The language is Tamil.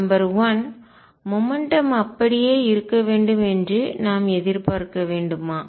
நம்பர் 1 மொமெண்ட்டும் அப்படியே இருக்கும் வேண்டும் என்று நாம் எதிர்பார்க்க வேண்டுமா